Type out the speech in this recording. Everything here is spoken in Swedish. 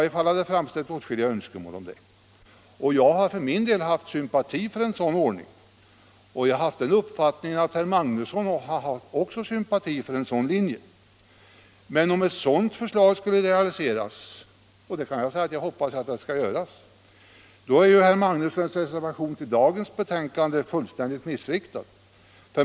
Jag känner för min del sympati för en sådan ordning, och jag har fått uppfattningen att också herr Magnusson hyser sympati för en sådan linje. Men om det förslaget skulle realiseras — och det kan jag säga att jag hoppas — är herr Magnussons reservation till dagens betänkande fullständigt missriktad.